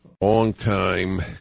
longtime